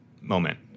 moment